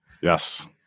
Yes